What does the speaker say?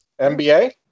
MBA